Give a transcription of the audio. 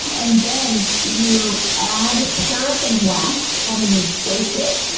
and then you add paraffin wax and you bake it,